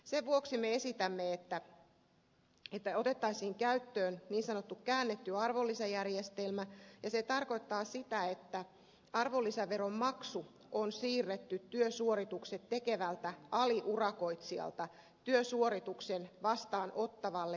sen vuoksi me esitämme että otettaisiin käyttöön niin sanottu käännetty arvonlisäverojärjestelmä ja se tarkoittaa sitä että arvonlisäveron maksu on siirretty työsuoritukset tekevältä aliurakoitsijalta työsuorituksen vastaanottavalle pääurakoitsijalle